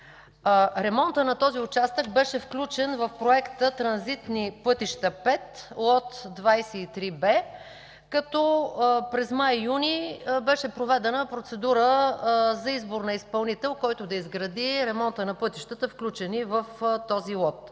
ремонтът на този участък беше включен в Проекта „Транзитни пътища 5”, Лот 23Б, като през май-юни беше проведена процедура за избор на изпълнител, който да изгради ремонта на пътищата, включени в този лот.